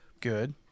good